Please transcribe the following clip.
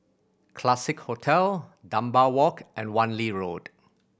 Classique Hotel Dunbar Walk and Wan Lee Road